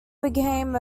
became